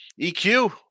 EQ